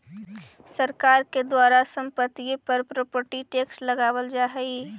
सरकार के द्वारा संपत्तिय पर प्रॉपर्टी टैक्स लगावल जा हई